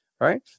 right